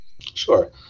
Sure